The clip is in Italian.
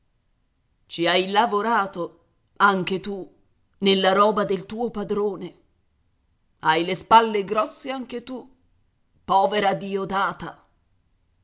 ci hai lavorato anche tu nella roba del tuo padrone hai le spalle grosse anche tu povera diodata